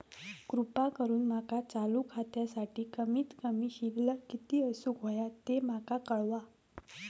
कृपा करून माका चालू खात्यासाठी कमित कमी शिल्लक किती असूक होया ते माका कळवा